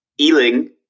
Ealing